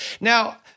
Now